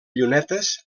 llunetes